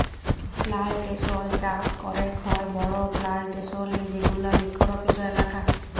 plantation চাস ক্যরেক হ্যয় বড় প্লানটেশল এ যেগুলা বৃক্ষরপিত এলাকা